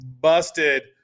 busted